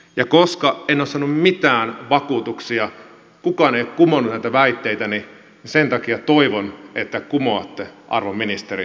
ja koska en ole saanut mitään vakuutuksia kukaan ei ole kumonnut näitä väitteitäni sen takia toivon että kumoatte arvon ministeri nämä väitteeni